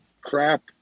crap